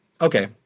okay